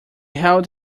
hailed